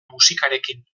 musikarekin